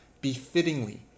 befittingly